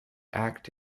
act